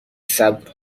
صبر